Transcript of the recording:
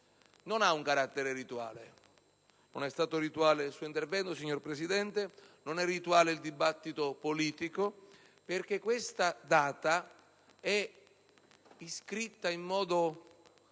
non ha un carattere rituale. Non è stato rituale il suo intervento, signor Presidente, e non è rituale il dibattito politico, perché quella data è iscritta in modo